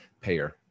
payer